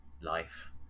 life